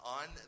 on